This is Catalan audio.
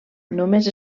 només